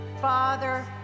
father